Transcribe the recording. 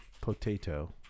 potato